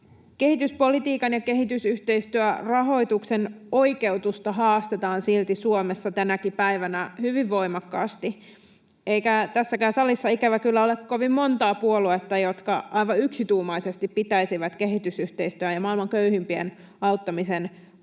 Kehityspolitiikan ja kehitysyhteistyörahoituksen oikeutusta haastetaan silti Suomessa tänäkin päivänä hyvin voimakkaasti, eikä tässäkään salissa, ikävä kyllä, ole kovin montaa puoluetta, jotka aivan yksituumaisesti pitäisivät kehitysyhteistyön ja maailman köyhimpien auttamisen puolia